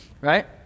right